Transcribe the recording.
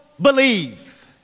believe